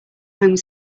home